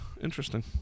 Interesting